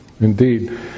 Indeed